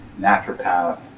naturopath